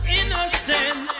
innocent